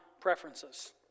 preferences